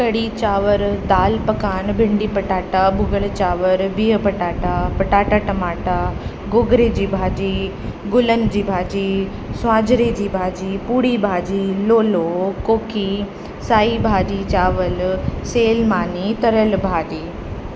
कढ़ी चांवरु दालि पकवान भिंडी पटाटा भुॻल चांवर बिहु पटाटा पटाटा टमाटा गोगिड़े जी भाॼी गुलनि जी भाॼी स्वांजरे जी भाॼी पूड़ी भाॼी लोलो कोकी साई भाॼी चांवर सेल मानी तरियल भाॼी